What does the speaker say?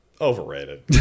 Overrated